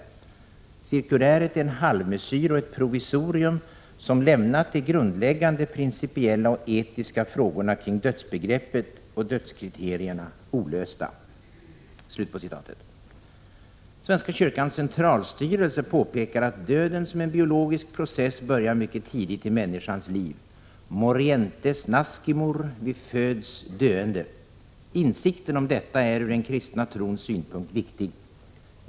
Cirkuläret är en halvmesyr och ett provisorium, som lämnat de grundläggande principiella och etiska frågorna kring dödsbegreppet och dödskriterierna olösta.” Svenska kyrkans centralstyrelse påpekar att döden som en biologisk process börjar mycket tidigt i människans liv. Morientes nascimur — vi föds döende. Insikten om detta är ur den kristna trons synpunkt viktig.